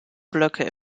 blöcke